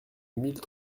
mille